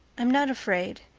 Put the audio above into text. i'm not afraid.